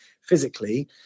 physically